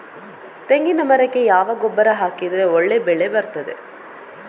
ತೆಂಗಿನ ಮರಕ್ಕೆ ಯಾವ ಗೊಬ್ಬರ ಹಾಕಿದ್ರೆ ಒಳ್ಳೆ ಬೆಳೆ ಬರ್ತದೆ?